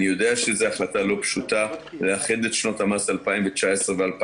אני יודע שזו החלטה לא פשוטה לאחד את שנות המס 2019 ו-2020.